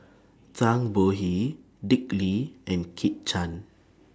Zhang Bohe Dick Lee and Kit Chan